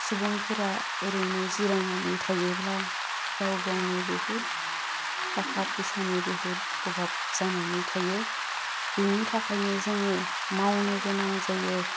सुबुंफोरा ओरैनो जिरायनानै थायोब्ला गाव गावनि बुहुत थाखा फैसानि बहुत अभाब जानानै थायो बेनि थाखायनो जोङो मावनो गोनां जायो